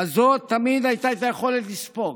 תמיד הייתה היכולת לספוג.